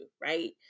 right